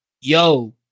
yo